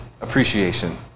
appreciation